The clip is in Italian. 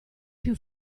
più